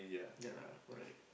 ya correct